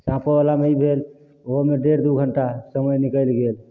साँपोवला मे ई भेल ओहोमे डेढ़ दू घण्टा समय निकलि गेल